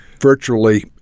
Virtually